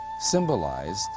symbolized